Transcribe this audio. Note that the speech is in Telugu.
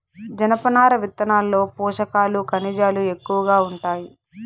జనపనార విత్తనాల్లో పోషకాలు, ఖనిజాలు ఎక్కువగా ఉంటాయి